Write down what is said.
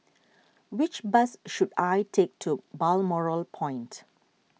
which bus should I take to Balmoral Point